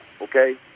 okay